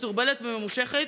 מסורבלת וממושכת,